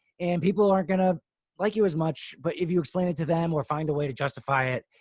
and people aren't going to like you as much, but if you explain it to them or find a way to justify it,